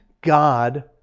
God